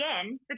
again